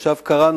עכשיו קראנו,